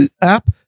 app